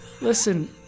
listen